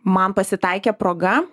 man pasitaikė proga